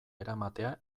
eramatea